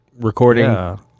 recording